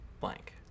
blank